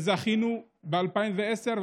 זכינו ב-2010,